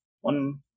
one